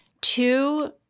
Two